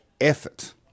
effort